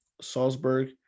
Salzburg